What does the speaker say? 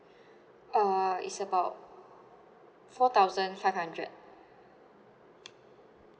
uh it's about four thousand five hundred